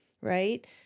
right